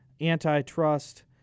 antitrust